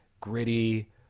gritty